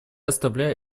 оставляю